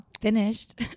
finished